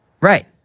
Right